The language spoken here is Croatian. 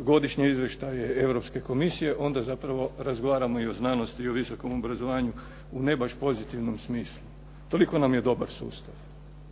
godišnje izvještaje Europske komisije, onda zapravo razgovaramo i o znanosti i o visokom obrazovanju u ne baš pozitivnom smislu. Toliko nam je dobar sustav